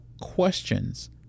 questions